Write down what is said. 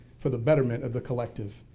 for the betterment of the collective.